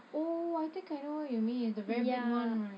oh I think I know what you mean it's the very big one